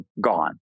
gone